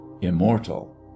immortal